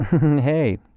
hey